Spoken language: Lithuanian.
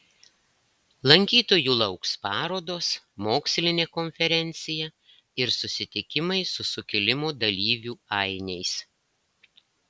lankytojų lauks parodos mokslinė konferencija ir susitikimai su sukilimo dalyvių ainiais